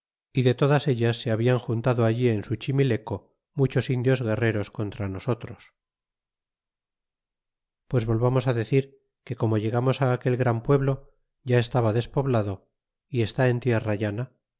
y de todas ellas se hablan juntado allí en suchimileco muchosindios guerreros contra nosotros pues volvamos decir que como llegamos aquel gran pueblo ya estaba despoblado y está en tierra llana